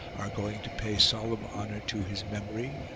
are going to pay solemn honour to his memory,